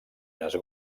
unes